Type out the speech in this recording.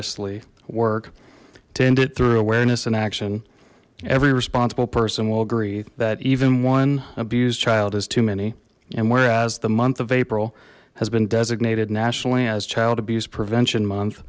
y work to end it through awareness and action every responsible person will agree that even one abused child is too many and whereas the month of april has been designated nationally as child abuse prevention month